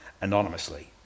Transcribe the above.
anonymously